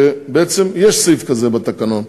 שבעצם יש סעיף כזה בתקנון.